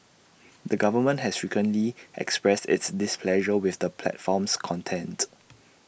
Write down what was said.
the government has frequently expressed its displeasure with the platform's content